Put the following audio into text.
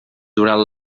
durant